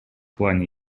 плане